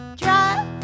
drive